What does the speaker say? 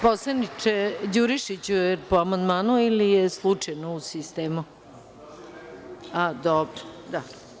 Poslaniče Đurišiću, jel po amandmanu ili ste slučajno u sistemu? [[Marko Đurišić: Tražio sam repliku na izlaganje gospodina Martinovića.]] Dobro, da.